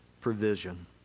provision